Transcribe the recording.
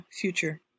future